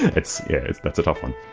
that's that's a tough one.